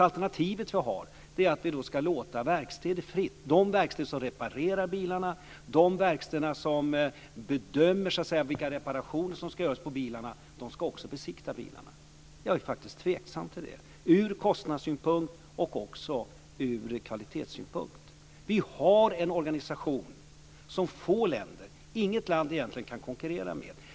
Alternativet är att man ska låta de verkstäder som reparerar bilarna och som bedömer vilka reparationer som ska göras fritt besiktiga bilarna. Jag är faktiskt tveksam till det både från kostnadssynpunkt och från kvalitetssynpunkt. Vi har en organisation som inget land kan konkurrera med.